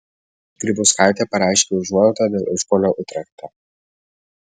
grybauskaitė pareiškė užuojautą dėl išpuolio utrechte